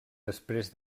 després